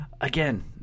again